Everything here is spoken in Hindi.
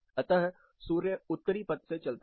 अतः सूर्य उत्तरी पथ से चलता है